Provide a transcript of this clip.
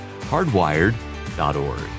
hardwired.org